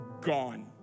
gone